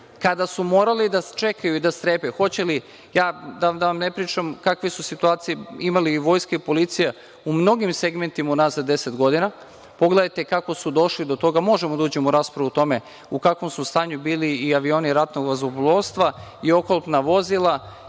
kada su morali da čekaju, da strepe, da vam ne pričam kakve su situacije imali i vojska i policija u mnogim segmentima unazad deset godina, pogledajte kako su došli do toga. Možemo da uđemo u raspravu o tome u kakvom su stanju bili i avioni i ratna vazduhoplovstva i oklopna vozila